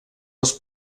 els